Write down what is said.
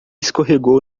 escorregou